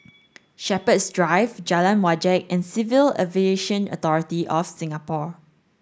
Shepherds Drive Jalan Wajek and Civil Aviation Authority of Singapore